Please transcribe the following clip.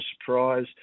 surprise